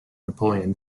napoleon